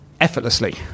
effortlessly